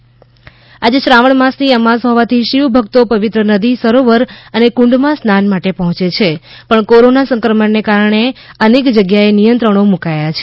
શ્રાવણી અમાસ મંદિર બંધ આજે શ્રાવણ માસ ની અમાસ હોવાથી શિવ ભક્તો પવિત્ર નદી સરોવર અને કુંડ માં સ્નાન માટે પહોચે છે પણ કોરોના સંક્રમણ ને કારણે અનેક જગ્યા એ નિયંત્રણ મુકાયા છે